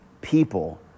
people